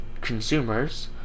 consumers